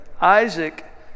Isaac